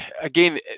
again